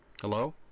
Hello